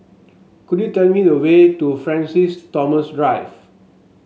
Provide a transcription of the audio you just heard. could you tell me the way to Francis Thomas Drive